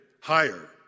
higher